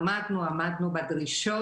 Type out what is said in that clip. עמדנו בדרישות.